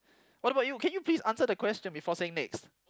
how about you can you please answer the question before saying next